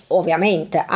ovviamente